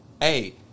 hey